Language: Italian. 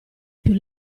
più